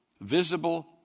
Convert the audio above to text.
visible